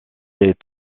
est